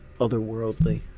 otherworldly